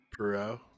Perot